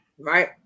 Right